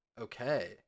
Okay